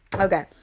Okay